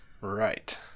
Right